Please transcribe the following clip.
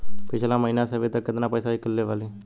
पिछला महीना से अभीतक केतना पैसा ईकलले बानी?